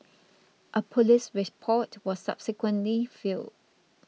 a police report was subsequently filed